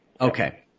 Okay